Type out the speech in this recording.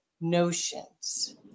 notions